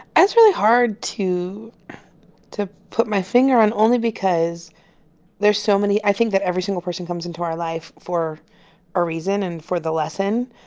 that's really hard to to put my finger on only because there's so many i think that every single person comes into our life for a reason and for the lesson.